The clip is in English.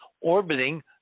orbiting